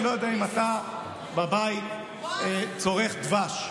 אני לא יודע אם אתה בבית צורך דבש,